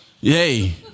Yay